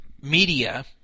media